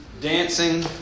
dancing